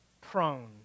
prone